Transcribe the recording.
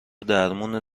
درمون